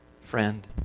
Friend